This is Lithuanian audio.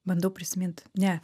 bandau prisimint ne